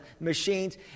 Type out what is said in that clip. machines